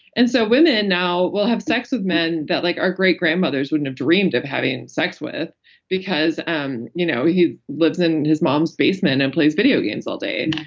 and so women now will have sex with men that like our greatgrandmother's wouldn't have dreamed of having sex with because um you know he lives in his mom's basement and plays video games all day.